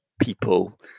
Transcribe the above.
people